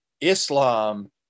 Islam